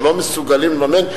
שלא מסוגלות לממן,